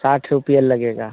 साठ रुपया लगेगा